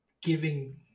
giving